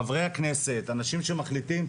חברי הכנסת והאנשים שמחליטים,